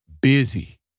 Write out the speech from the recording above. busy